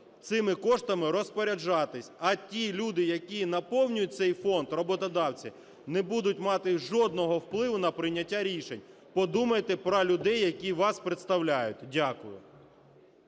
цими коштами розпоряджатися, а ті люди, які наповнюють цей фонд, роботодавці, не будуть мати жодного впливу на прийняття рішень. Подумайте про людей, які вас представляють. Дякую.